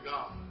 God